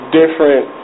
different